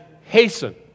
hasten